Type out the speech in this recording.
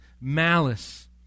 malice